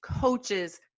coaches